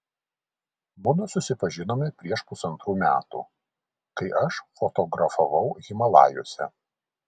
mudu susipažinome prieš pusantrų metų kai aš fotografavau himalajuose